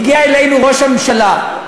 הגיע אלינו ראש הממשלה,